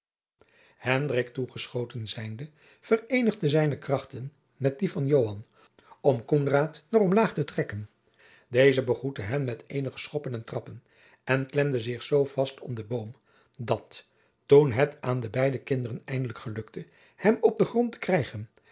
toegeschoten zijnde vereenigde zijne krachten met die van joan om koenraad naar omlaag te trekken deze begroette hen met eenige schoppen en trappen en klemde zich zoo vast om den boom dat toen het aan de beide kinderen eindelijk gelukte hem op den grond te krijgen